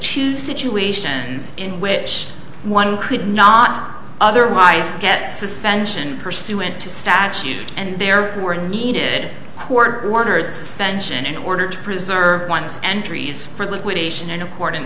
two situations in which one could not otherwise get suspension pursuant to statute and there were needed court ordered suspension in order to preserve one's entries for liquidation in accord